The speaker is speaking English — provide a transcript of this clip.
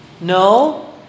No